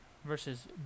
Versus